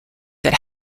that